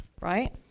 Right